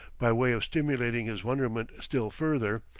by way of stimulating his wonderment still further,